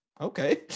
okay